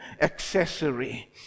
accessory